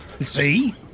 See